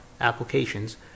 applications